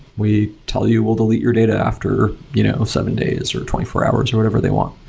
we tell you we'll delete your data after you know seven days, or twenty four hour, or whatever they want.